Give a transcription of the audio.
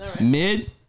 Mid